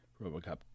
RoboCop